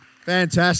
Fantastic